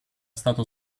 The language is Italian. stato